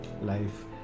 Life